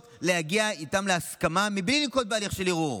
להגיע איתם להסכמה מבלי לנקוט הליך של ערעור.